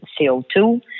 CO2